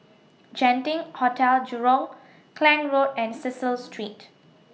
Genting Hotel Jurong Klang Road and Cecil Street